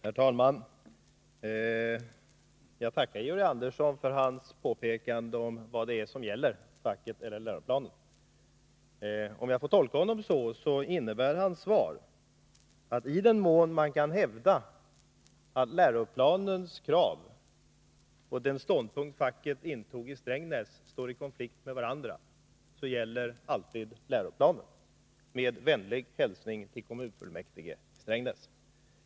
Herr talman! Jag tackar Georg Andersson för hans påpekande av vad som gäller, facket eller läroplanen. Hans svar innebär, om jag tolkar det rätt, att i den mån man kan hävda att läroplanens krav och den ståndpunkt som facket intog i Strängnäs står i konflikt med varandra gäller läroplanen. Med vänlig hälsning till kommunfullmäktige i Strängnäs.